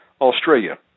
Australia